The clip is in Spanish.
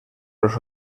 los